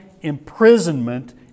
imprisonment